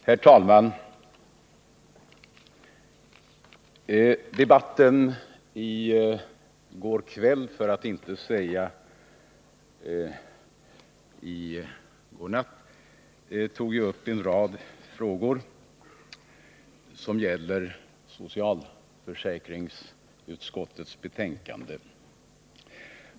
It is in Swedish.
Herr talman! Under debatten i går kväll, för att inte säga i går natt, togs en rad frågor upp, som behandlas i socialförsäkringsutskottets betänkande nr 13.